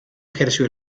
ejerció